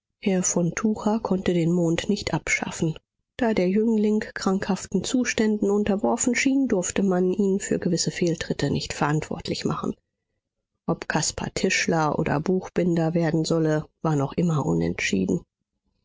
herr von tucher konnte den mond nicht abschaffen da der jüngling krankhaften zuständen unterworfen schien durfte man ihn für gewisse fehltritte nicht verantwortlich machen ob caspar tischler oder buchbinder werden solle war noch immer unentschieden